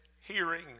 hearing